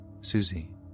Susie